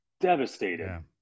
devastated